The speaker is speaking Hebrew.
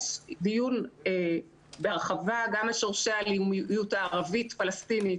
יש דיון בהרחבה גם על שורשי האלימות הערבית-פלסטינית